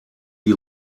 die